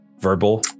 verbal